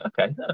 Okay